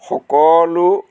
সকলো